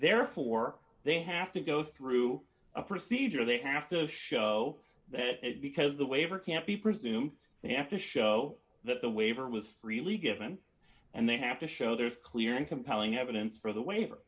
therefore they have to go through a procedure they have to show that it is because the waiver can't be presumed they have to show that the waiver was freely given and they have to show there's clear and compelling evidence for the waiver